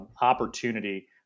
opportunity